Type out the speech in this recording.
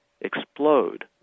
explode